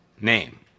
name